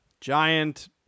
Giant